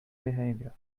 behavior